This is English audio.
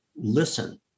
listen